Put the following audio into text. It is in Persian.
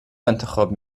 انتخاب